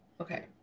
Okay